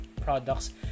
products